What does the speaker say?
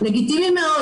לגיטימי מאוד.